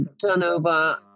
turnover